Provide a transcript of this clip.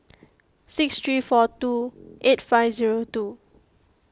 six three four two eight five zero two